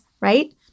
right